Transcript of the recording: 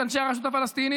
את אנשי הרשות הפלסטינית,